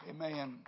Amen